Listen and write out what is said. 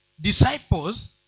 disciples